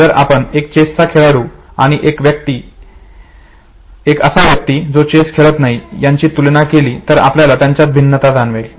जर आपण एक चेसचा खेळाडू आणि एक असा व्यक्ती जो चेस खेळत नाही यांची तुलना केली तर आपल्याला त्यांच्यात भिन्नता जाणवेल